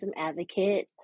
advocate